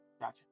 Gotcha